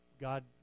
God